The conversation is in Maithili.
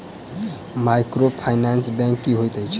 माइक्रोफाइनेंस बैंक की होइत अछि?